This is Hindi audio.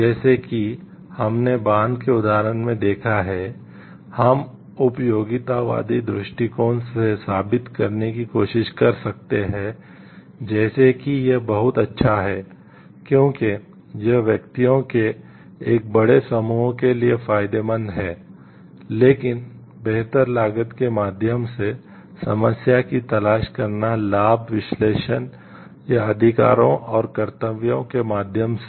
जैसा कि हमने बांध के उदाहरण में देखा है हम उपयोगितावादी दृष्टिकोण से साबित करने की कोशिश कर सकते हैं जैसे कि यह बहुत अच्छा है क्योंकि यह व्यक्तियों के एक बड़े समूह के लिए फायदेमंद है लेकिन बेहतर लागत के माध्यम से समस्या की तलाश करना लाभ विश्लेषण या अधिकारों और कर्तव्यों के माध्यम से